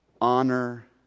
honor